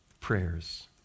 prayers